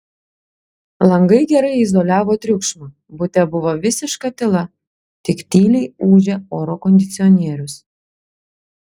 langai gerai izoliavo triukšmą bute buvo visiška tyla tik tyliai ūžė oro kondicionierius